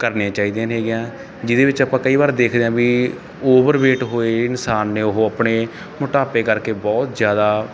ਕਰਨੀਆਂ ਚਾਹੀਦੀਆਂ ਨੇ ਗੀਆਂ ਜਿਹਦੇ ਵਿੱਚ ਆਪਾਂ ਕਈ ਵਾਰ ਦੇਖਦੇ ਹਾਂ ਵੀ ਓਵਰਵੇਟ ਹੋਏ ਇਨਸਾਨ ਨੇ ਉਹ ਆਪਣੇ ਮੋਟਾਪੇ ਕਰਕੇ ਬਹੁਤ ਜ਼ਿਆਦਾ